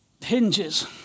hinges